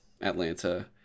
Atlanta